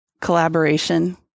collaboration